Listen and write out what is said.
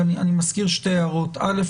אני מזכיר שתי הערות: א',